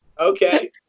okay